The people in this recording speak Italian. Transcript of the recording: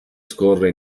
scorre